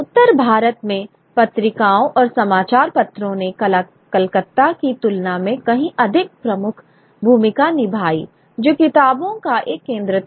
उत्तर भारत में पत्रिकाओं और समाचार पत्रों ने कलकत्ता की तुलना में कहीं अधिक प्रमुख भूमिका निभाई जो किताबों का एक केंद्र था